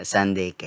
Sunday